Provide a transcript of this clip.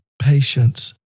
patience